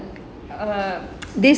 err